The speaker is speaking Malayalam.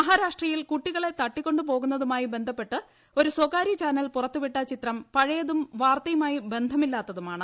മഹാരാഷ്ട്രയിൽ കുട്ടികളെ ത്ട്ടികൊണ്ട് പോകുന്നതുമായി ബന്ധപ്പെട്ട് ഒരു സ്വകാര്യ ച്ചിന്റൽ പുറത്ത് വിട്ട ചിത്രം പഴയതും വാർത്തയുമായി ബന്ധമില്ലാത്തതുമാണ്